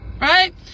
Right